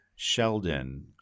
Sheldon